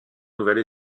nouvelle